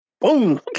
Boom